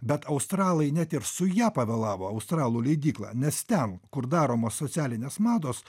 bet australai net ir su ja pavėlavo australų leidykla nes ten kur daromos socialinės mados